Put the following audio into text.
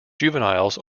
juveniles